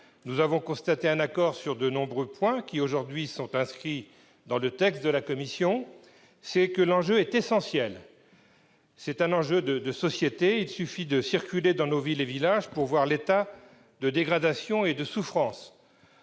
Nous avons constaté un accord sur de nombreux points qui, aujourd'hui, figurent dans le texte de la commission. C'est que l'enjeu est essentiel. Il s'agit d'un enjeu de société : il suffit de circuler dans nos villes et villages pour constater l'état de dégradation et de souffrance